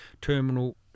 terminal